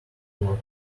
work